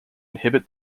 inhibit